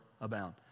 abound